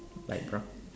light brown